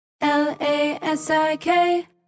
L-A-S-I-K